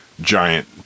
giant